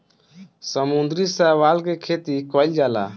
समुद्री शैवाल के खेती कईल जाला